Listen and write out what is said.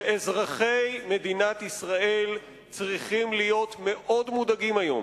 שאזרחי מדינת ישראל צריכים להיות מאוד מודאגים היום